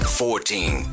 fourteen